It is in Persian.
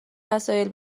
وسایل